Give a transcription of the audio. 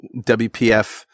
WPF